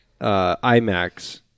IMAX